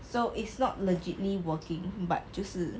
so it's not legitly working but 就是